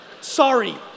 Sorry